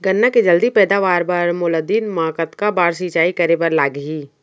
गन्ना के जलदी पैदावार बर, मोला दिन मा कतका बार सिंचाई करे बर लागही?